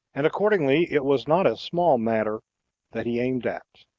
and accordingly it was not a small matter that he aimed at.